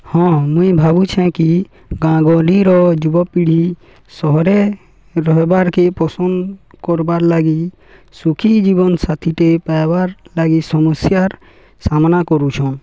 ହଁ ମୁଇଁ ଭାବୁଛେଁ କି ଗାଁ ଗଲିର ଯୁବପିଢ଼ି ସହରେ ରହବାର୍କେ ପସନ୍ଦ କରବାର୍ ଲାଗି ସୁଖୀ ଜୀବନ ସାାଥିଟେ ପାଇବାର୍ ଲାଗି ସମସ୍ୟାର ସାମ୍ନା କରୁଛନ୍